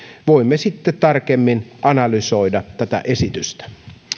voimme sitten tarkemmin analysoida tätä esitystä